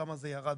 כמה זה ירד